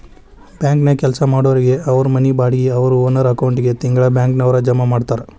ಬ್ಯಾಂಕನ್ಯಾಗ್ ಕೆಲ್ಸಾ ಮಾಡೊರಿಗೆ ಅವ್ರ್ ಮನಿ ಬಾಡ್ಗಿ ಅವ್ರ್ ಓನರ್ ಅಕೌಂಟಿಗೆ ತಿಂಗ್ಳಾ ಬ್ಯಾಂಕ್ನವ್ರ ಜಮಾ ಮಾಡ್ತಾರ